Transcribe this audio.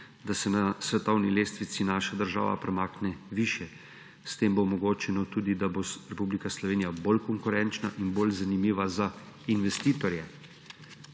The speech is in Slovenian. da se na svetovni lestvici naša država premakne višje. S tem bo omogočeno tudi, da bo Republika Slovenija bolj konkurenčna in bolj zanimiva za investitorje.